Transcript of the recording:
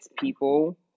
people